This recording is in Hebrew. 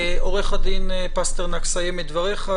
עו"ד פסטרנק, סיים את דבריך.